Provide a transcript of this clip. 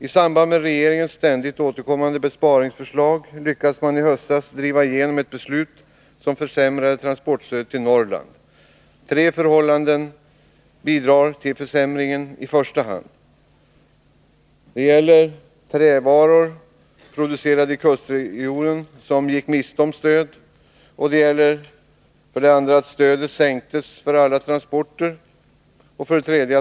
I samband med regeringens ständigt återkommande besparingsförslag lyckades man i höstas driva igenom ett beslut, som försämrade transportstödet till Norrland. Tre förhållanden bidrog i första hand till försämringen. 3.